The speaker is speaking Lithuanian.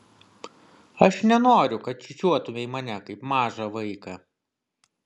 aš nenoriu kad čiūčiuotumei mane kaip mažą vaiką